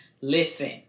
listen